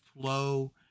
flow